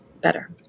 better